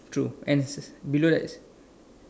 true and below there's